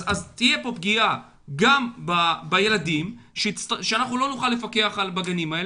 תהיה פה פגיעה גם בילדים שאנחנו לא נוכל לפקח בגנים האלה.